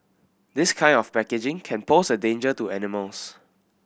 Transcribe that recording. this kind of packaging can pose a danger to animals